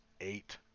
eight